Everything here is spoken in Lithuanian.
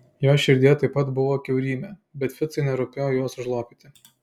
jos širdyje taip pat buvo kiaurymė bet ficui nerūpėjo jos užlopyti